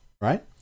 right